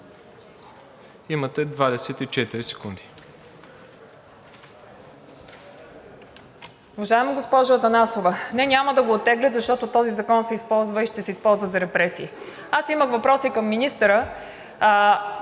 Имате 24 секунди.